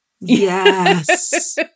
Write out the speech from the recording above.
Yes